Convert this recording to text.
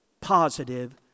positive